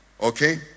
Okay